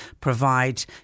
provide